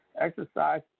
exercise